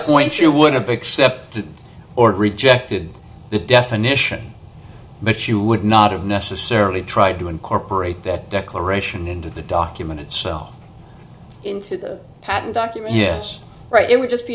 point you would have accepted or rejected that definition but you would not have necessarily tried to incorporate that declaration into the document itself into the patent document yes right it would just be